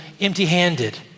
empty-handed